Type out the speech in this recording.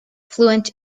fluent